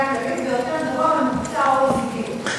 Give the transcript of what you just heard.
הכללית ויותר גבוה מממוצע ה-OECD.